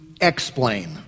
explain